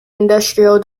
industrial